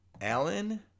Alan